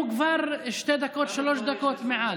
הוא כבר שתי דקות או שלוש דקות מעל.